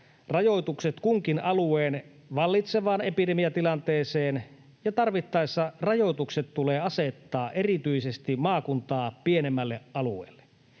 rajoitukset kunkin alueen vallitsevaan epidemiatilanteeseen ja tarvittaessa rajoitukset tulee asettaa eriytetysti maakuntaa pienemmälle alueelle.”